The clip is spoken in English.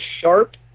sharp